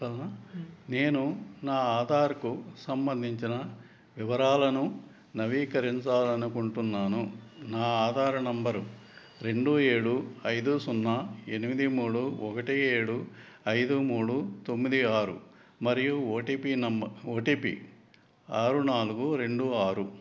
నేను నా ఆధార్కు సంబంధించిన వివరాలను నవీకరించాలి అనుకుంటున్నాను నా ఆధార్ నెంబరు రెండు ఏడు ఐదు సున్నా ఎనిమిది మూడు ఒకటి ఏడు ఐదు మూడు తొమ్మిది ఆరు మరియు O T P O T P ఆరు నాలుగు రెండు ఆరు